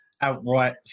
outright